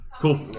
Cool